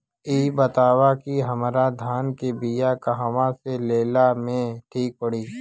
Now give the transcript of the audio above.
इ बताईं की हमरा धान के बिया कहवा से लेला मे ठीक पड़ी?